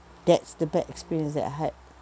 that's the bad experience that I had